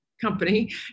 company